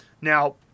Now